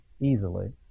easily